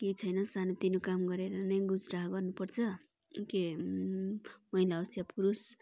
केही छैन सानोतिनो काम गरेर नै गुजारा गर्नुपर्छ के महिला होस् या पुरुष